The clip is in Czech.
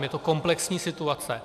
Je to komplexní situace.